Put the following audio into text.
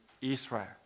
Israel